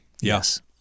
Yes